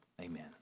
Amen